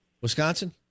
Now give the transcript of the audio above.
Wisconsin